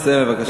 לסיים בבקשה.